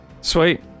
Sweet